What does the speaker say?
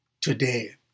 today